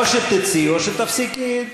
או שתצאי או שתפסיקי.